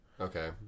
Okay